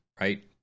right